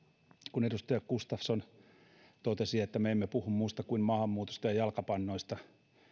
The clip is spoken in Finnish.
kun edustaja gustafsson totesi että me emme puhu muusta kuin maahanmuutosta ja jalkapannoista